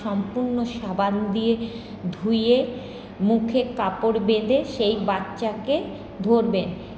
সম্পূর্ণ সাবান দিয়ে ধুইয়ে মুখে কাপড় বেঁধে সেই বাচ্চাকে ধরবেন